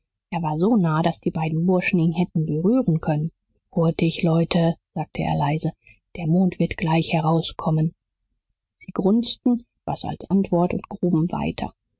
er war so nahe daß die beiden burschen ihn hätten berühren können hurtig leute sagte er leise der mond wird gleich herauskommen sie grunzten was als antwort und gruben weiter